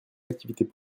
activités